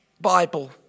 Bible